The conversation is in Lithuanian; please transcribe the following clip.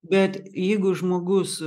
bet jeigu žmogus